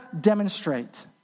demonstrate